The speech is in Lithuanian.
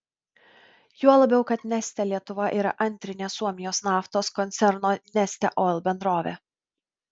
juo labiau kad neste lietuva yra antrinė suomijos naftos koncerno neste oil bendrovė